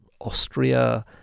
Austria